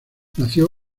nació